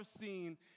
seen